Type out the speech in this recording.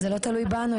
זה לא תלוי בנו.